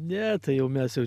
ne tai jau mes jau